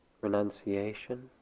renunciation